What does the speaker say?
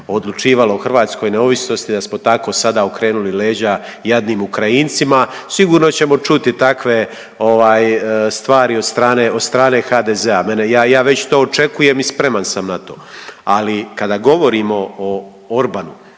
odlučivalo o hrvatskoj neovisnosti da smo tako sada okrenuli leđa jadnim Ukrajincima. Sigurno ćemo čuti takve stvari od strane HDZ-a, ja već to očekujem i spreman sam na to. Ali kada govorimo o Orbanu,